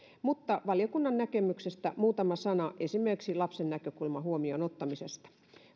mutta valiokunnan näkemyksestä muutama sana esimerkiksi lapsen näkökulman huomioon ottamisesta